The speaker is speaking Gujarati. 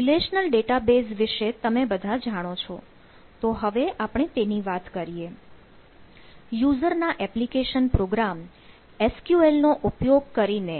રિલેશનલ ડેટાબેઝ વિશે તમે બધા જાણો છો તો હવે આપણે તેની વાત કરીએ યુઝરના એપ્લિકેશન પ્રોગ્રામ SQL નો ઉપયોગ કરીને